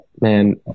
man